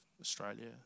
Australia